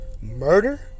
Murder